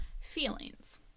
Feelings